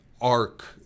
arc